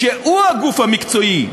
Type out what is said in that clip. שהוא הגוף המקצועי,